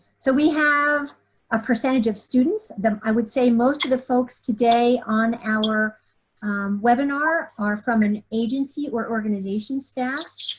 so we have a percentage of students that i would say, most of the folks today on our webinar are from an agency or organization staff.